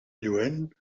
lluent